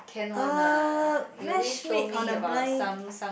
uh matchmake on a blind